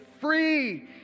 free